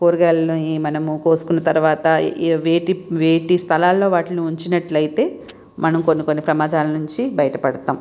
కూరగాయలని మనము కోసుకున్న తరువాత వేటి వేటి స్థలాలలో వాటిని ఉంచినట్లయితే మనం కొన్ని కొన్ని ప్రమాదాల నుంచి బయట పడుతాం